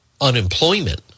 unemployment